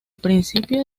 principio